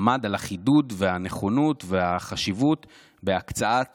עמד על החידוד והנכונות והחשיבות שבהקצאת שטחים,